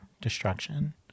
Destruction